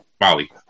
Molly